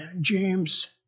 James